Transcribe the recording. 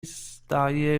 zdaje